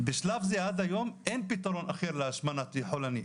בשלב זה ועד היום אין כל פתרון אחר להשמנה חולנית,